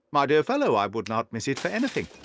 my dear fellow, i would not miss it for anything.